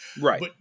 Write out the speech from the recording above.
Right